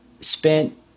spent